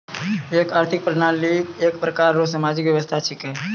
एक आर्थिक प्रणाली एक प्रकार रो सामाजिक व्यवस्था छिकै